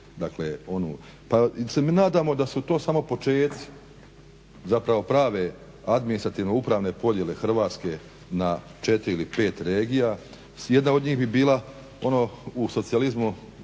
Pa se nadamo da se to samo počeci zapravo prave administrativno-upravne podjele Hrvatske na 4 ili 5 regija. Jedna od njih bi bila ono u socijalizmu,